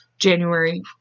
January